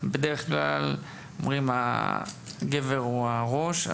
בדרך כלל אומרים הגבר הוא הראש,